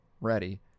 ready